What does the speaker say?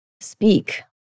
speak